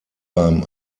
beim